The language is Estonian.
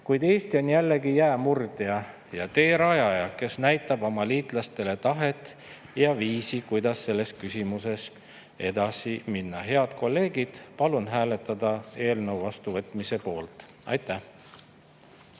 Kuid Eesti on jällegi jäämurdja ja teerajaja, kes näitab oma liitlastele tahet ja viisi, kuidas selles küsimuses edasi minna. Head kolleegid, palun hääletada eelnõu vastuvõtmise poolt. Aitäh!